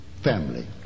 family